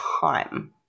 time